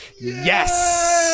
yes